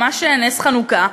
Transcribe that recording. ממש נס חנוכה.